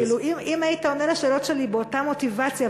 אם היית עונה על השאלות שלי באותה מוטיבציה,